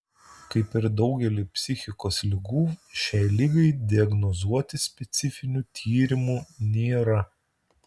kaip ir daugeliui psichikos ligų šiai ligai diagnozuoti specifinių tyrimų nėra